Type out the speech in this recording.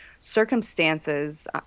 circumstances